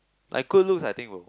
like good looks I think will